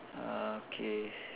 uh K